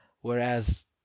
whereas